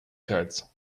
codes